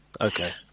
okay